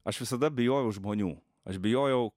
aš visada bijojau žmonių aš bijojau